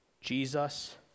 Jesus